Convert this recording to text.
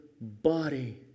body